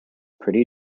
petty